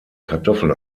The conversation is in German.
kartoffeln